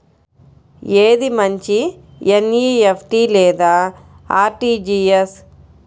ఏది మంచి ఎన్.ఈ.ఎఫ్.టీ లేదా అర్.టీ.జీ.ఎస్?